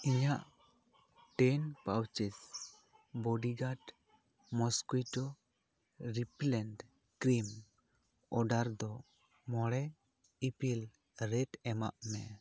ᱤᱧᱟᱹᱜ ten pouches bodyguard mosquito repellent cream order ᱫᱚ ᱢᱚᱬᱮ ᱤᱯᱤᱞ ᱨᱮᱴ ᱮᱢᱟᱜ ᱢᱮ